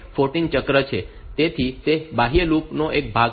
તેથી તે બાહ્ય લૂપ નો એક ભાગ છે